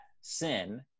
sin